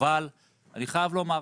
אבל אני חייב לומר,